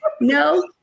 No